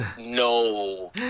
No